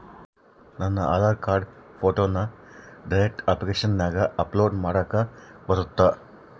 ನನ್ನ ಆಧಾರ್ ಕಾರ್ಡ್ ಫೋಟೋನ ಡೈರೆಕ್ಟ್ ಅಪ್ಲಿಕೇಶನಗ ಅಪ್ಲೋಡ್ ಮಾಡಾಕ ಬರುತ್ತಾ?